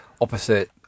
opposite